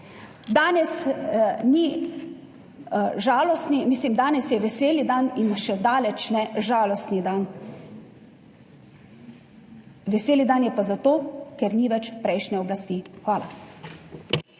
Kako si lahko to dovolite? Danes je veseli dan in še zdaleč ne žalostni dan. Veseli dan je pa zato, ker ni več prejšnje oblasti. Hvala.